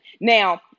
Now